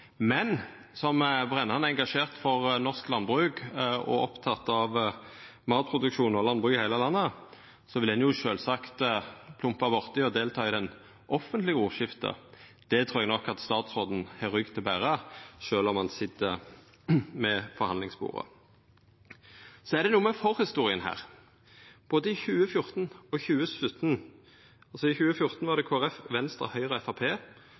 Men som brennande engasjert for norsk landbruk og oppteken av matproduksjon og landbruk i heile landet vil ein sjølvsagt plumpa borti og delta i det offentlege ordskiftet. Det trur eg nok statsråden har rygg til å bera, sjølv om han sit ved forhandlingsbordet. Så er det noko med forhistoria her. I 2014 var det Kristeleg Folkeparti, Venstre, Høgre og